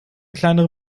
kleinere